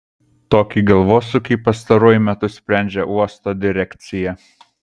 tokį galvosūkį pastaruoju metu sprendžia uosto direkcija